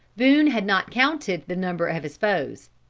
boone had not counted the number of his foes.